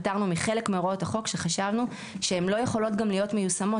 אלא מחלק מהוראות החוק שחשבנו שהן לא יכולות להיות מיושמות,